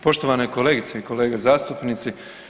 Poštovane kolegice i kolege zastupnici.